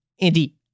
andy